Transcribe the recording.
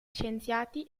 scienziati